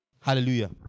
Hallelujah